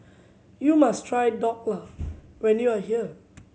you must try Dhokla when you are here